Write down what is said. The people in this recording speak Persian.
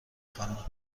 خوانم